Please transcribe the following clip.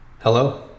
Hello